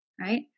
Right